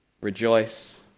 Rejoice